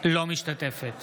אינה משתתפת